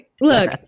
look